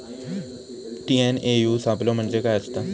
TNAU सापलो म्हणजे काय असतां?